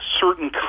certain